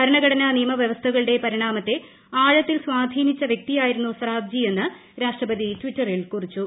ഭരണഘടന നിയമവൃവസ്ഥകളുടെ പരിണാമത്തെ ആഴത്തിൽ സ്വാധീനിച്ച വൃക്തിയായിരുന്നു സൊറാബ്ജിയെന്ന് രാഷ്ട്രപതി ട്വിറ്ററിൽ കുറിച്ചു